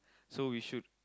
so we should